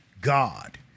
God